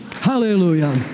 Hallelujah